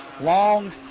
Long